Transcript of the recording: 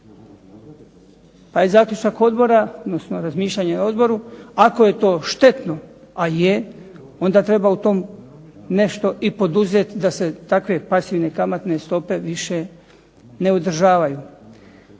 pa je zaključak odbora, odnosno razmišljanje na odboru, ako je to štetno, a je onda treba u tom nešto i poduzeti da se takve pasivne kamatne stope više ne održavaju.